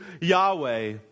Yahweh